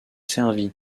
servie